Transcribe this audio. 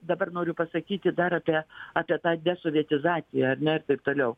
dabar noriu pasakyti darote apie tą desovietizaciją ar ne ir taip toliau